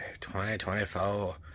2024